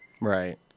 Right